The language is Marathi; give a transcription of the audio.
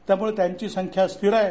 त्यामुळे त्यांची संख्या स्थीर आहे